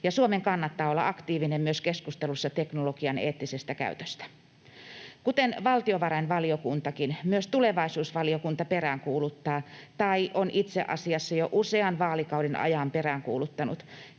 Suomen kannattaa olla aktiivinen myös keskustelussa teknologian eettisestä käytöstä. Kuten valtiovarainvaliokuntakin, myös tulevaisuusvaliokunta peräänkuuluttaa, tai on itse asiassa jo usean vaalikauden ajan peräänkuuluttanut,